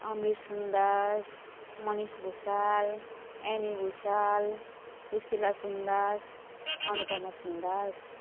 Amir Sundas Manis Bhusal Ani Bhusal Kusila Sundas Anupama Sundas